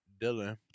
Dylan